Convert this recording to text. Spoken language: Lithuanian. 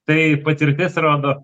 tai patirtis rodo